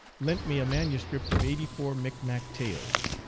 lent me a manuscript of eighty-four micmac tales,